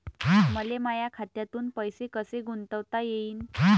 मले माया खात्यातून पैसे कसे गुंतवता येईन?